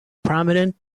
prominent